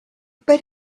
but